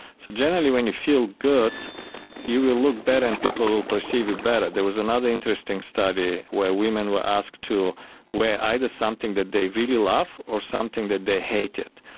so generally when you feel good you will look better and people will perceive you better. there was another interesting study where women were asked to wear either something that they really love or something that they hated.